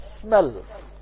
smell